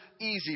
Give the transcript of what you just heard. easy